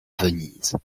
venise